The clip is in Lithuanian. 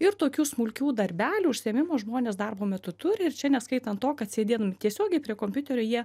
ir tokių smulkių darbelių užsiėmimų žmonės darbo metu turi ir čia neskaitant to kad sėdėtum tiesiogiai prie kompiuterio jie